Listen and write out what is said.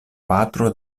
patro